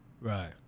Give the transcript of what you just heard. Right